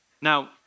Now